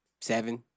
seven